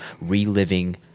reliving